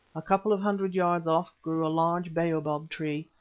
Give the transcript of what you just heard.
a couple of hundred yards off grew a large baobab tree.